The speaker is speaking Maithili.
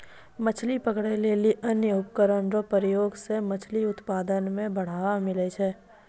मछली पकड़ै लेली अन्य उपकरण रो प्रयोग से मछली उत्पादन मे बढ़ावा मिलै छै